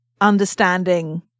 understanding